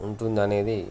ఉంటుందనేది